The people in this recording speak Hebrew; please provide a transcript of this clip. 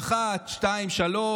"אחת שתיים שלוש,